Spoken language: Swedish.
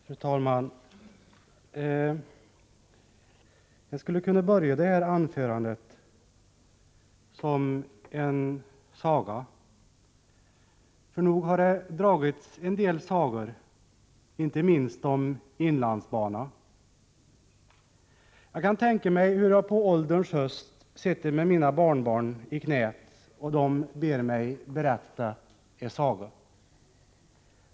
Fru talman! Jag skulle kunna börja det här anförandet som en saga, för nog har det dragits en del sagor, inte minst om inlandsbanan. Jag kan tänka mig hur jag på ålderns höst sitter med mina barnbarn i knät och de ber mig berätta en saga.